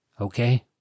okay